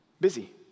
Busy